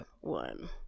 one